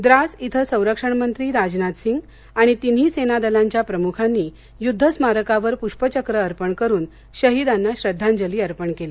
द्रास इथं संरक्षण मंत्री राजनाथ सिंग आणि तिन्ही सेना दलाच्या प्रमुखांनी युद्ध स्मारकावर पृष्पचक्र अर्पण करून शहीदांना श्रद्धांजली अर्पण केली